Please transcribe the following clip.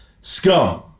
Scum